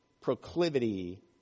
proclivity